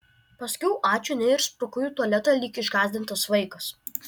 pasakiau ačiū ne ir sprukau į tualetą lyg išgąsdintas vaikas